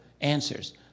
answers